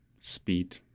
speed